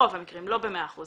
ברוב המקרים, לא במאה אחוז.